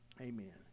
amen